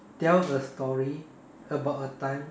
tell a story about a time